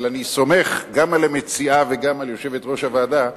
אבל אני סומך גם על המציעה וגם על יושבת-ראש הוועדה,